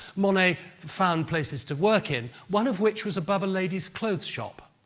monet found places to work in, one of which was above a lady's clothes shop.